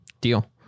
Deal